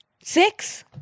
six